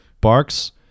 barks